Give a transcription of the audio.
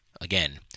again